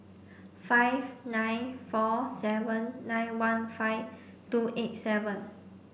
five nine four seven nine one five two eight seven